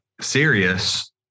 serious